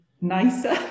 nicer